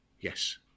yes